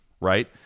right